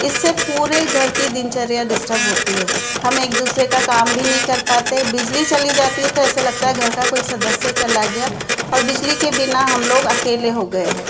इससे पूरे घर की दिनचर्या डिस्टर्ब होती है हम एक दूसरे का काम भी नहीं कर पाते बिजली चली जाती है तो ऐसा लगता है कि घर में घर का कोई सदस्य चला गया और बिजली के बिना हम लोग अकेले हो गए हैं